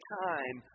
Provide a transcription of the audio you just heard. time